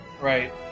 Right